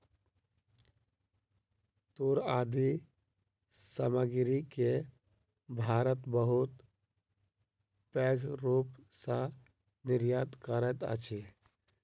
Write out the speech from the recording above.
तूर आदि सामग्री के भारत बहुत पैघ रूप सॅ निर्यात करैत अछि